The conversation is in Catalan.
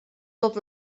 tot